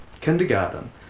kindergarten